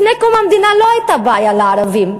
לפני קום המדינה לא הייתה בעיה לערבים,